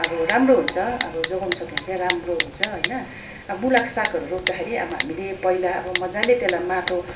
अब राम्रो हुन्छ अब जोगाउनु सक्यो भने चाहिँ राम्रो हुन्छ होइन अब मुलाको सागहरू रोप्दाखेरि अब हामीले पहिला अब मजाले त्यसलाई माटो